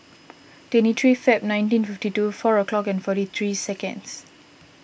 twenty three Feb nineteen fifty two four o'clock forty three seconds